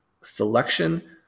selection